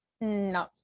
No